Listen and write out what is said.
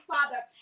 father